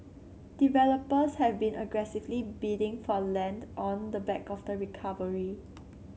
developers have been aggressively bidding for land on the back of the recovery